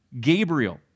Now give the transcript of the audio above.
Gabriel